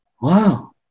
wow